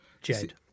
Jed